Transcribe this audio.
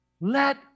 let